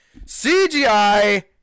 CGI